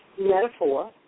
metaphor